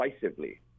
decisively